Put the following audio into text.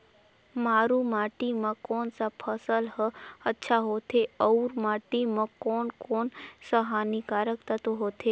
मारू माटी मां कोन सा फसल ह अच्छा होथे अउर माटी म कोन कोन स हानिकारक तत्व होथे?